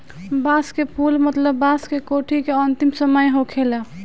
बांस के फुल मतलब बांस के कोठी के अंतिम समय होखेला